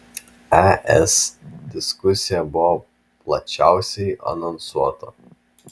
es diskusija buvo plačiausiai anonsuota